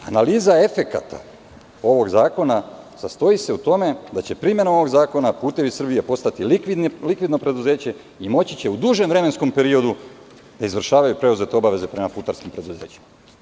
Analiza efekata ovog zakona sastoji se u tome, da će primena ovog zakona a "Putevi Srbije" postati likvidno preduzeće i moći će u dužem vremenskom periodu da izvršava preuzete obaveze prema putarskim preduzećima.